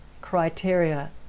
criteria